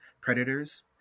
predators